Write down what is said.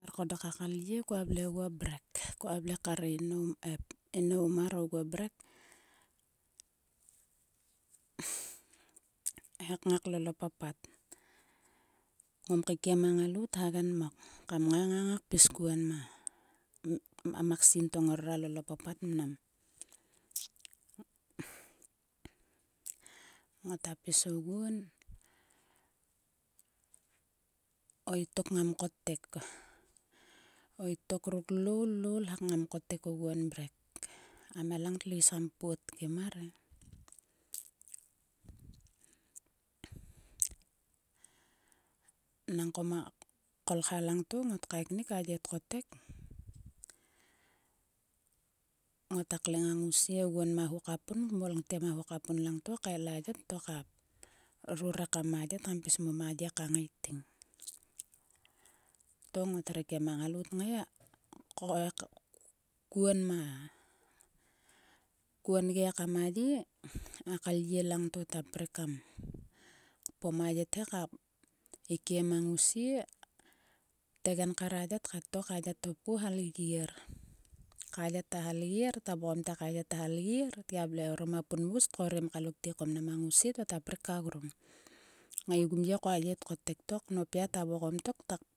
Tiok ko dok a kalyie ko vle oguo mrek kua vle kar e inou. E inou mar ogu mrek he kngai klol opapat. Ngom keikiem a ngalout. hagen mok kam ngai kpis kuon ma maskin to ngrora lol o papat mnam. ngota pis oguo. o itok ngam kottek. O ittok ruk loul. loul. hak ngam kottek oguon mrek. A mhelang tlo is kam kpot kim mar e. nangko ma kolha langto. ngot kaeknik. a ye tkottek. Ngota kleng a ngousie oguon ma ho ka pun kmolte ma ho ka pun langto. Kael a yet to ka ruur ekam a yet kam pis mo ma ye ka ngaiting. To ngot her keikiem a ngalout kngai. kuon ma kuon ge ekam a ye. a kalyie langto ta prik kam kpom a yet he ka ekiem a ngousie. tegenkar a ye kat. To ka yet thopku halgier. Ka yet ta halgier. ta vokam te ka yet ta halgier. Tgia vle orom a pungmgus. Tkorim kalo ktiek ko ma ngousieto ta pruk ka grung. kngaigum ye ko a ye tkotek. To knopia ta vokom ta vokom tok.